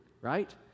right